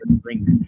drink